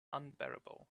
unbearable